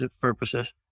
purposes